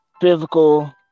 physical